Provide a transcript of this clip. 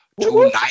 tonight